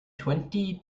twenty